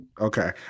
Okay